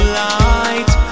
light